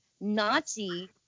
Nazi